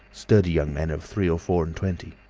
sturdy young men of three or four and twenty.